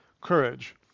Courage